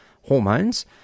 hormones